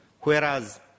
whereas